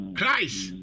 Christ